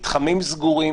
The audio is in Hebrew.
מתחמים סגורים,